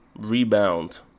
rebound